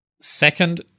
Second